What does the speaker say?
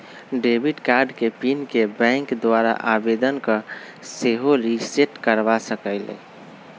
debit card के PIN के bank द्वारा आवेदन कऽ के सेहो रिसेट करबा सकइले